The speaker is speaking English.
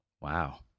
Wow